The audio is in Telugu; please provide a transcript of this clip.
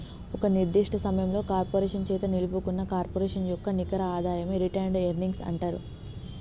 ఒక నిర్దిష్ట సమయంలో కార్పొరేషన్ చేత నిలుపుకున్న కార్పొరేషన్ యొక్క నికర ఆదాయమే రిటైన్డ్ ఎర్నింగ్స్ అంటరు